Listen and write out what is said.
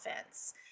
offense